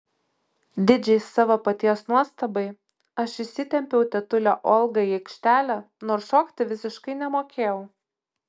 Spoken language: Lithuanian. didžiai savo paties nuostabai aš išsitempiau tetulę olgą į aikštelę nors šokti visiškai nemokėjau